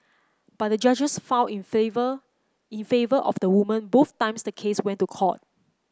but the judges found in favour in favour of the woman both times the case went to court